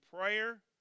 prayer